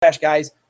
guys